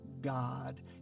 God